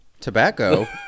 tobacco